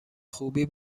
خوبی